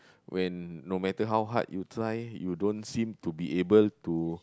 when no matter how hard you try you don't seem to be able to